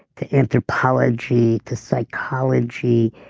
to anthropology, to psychology,